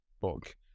book